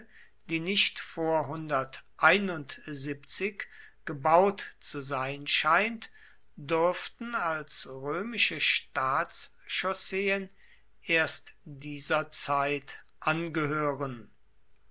die nicht vor gebaut zu sein scheint dürften als römische staatschausseen erst dieser zeit angehören